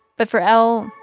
but for l,